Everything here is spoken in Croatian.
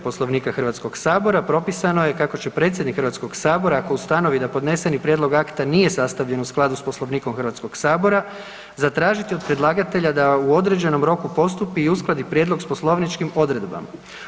Poslovnika Hrvatskog sabora, propisano je kako će predsjednik Hrvatskog sabora ako ustanovi da podneseni prijedlog akta nije sastavljen u skladu sa Poslovnikom Hrvatskog sabora, zatražiti od predlagatelja da u određenom roku postupi i uskladi prijedlog s poslovničkim odredbama.